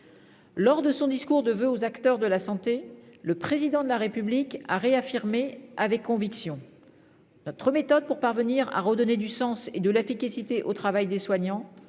Lors de son discours de voeux aux acteurs de la santé, le Président de la République a réaffirmé avec conviction que notre méthode pour parvenir à redonner du sens et de l'efficacité au travail des soignants